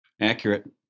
Accurate